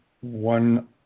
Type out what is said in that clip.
one